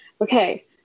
okay